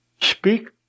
speak